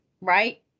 right